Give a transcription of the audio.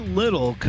little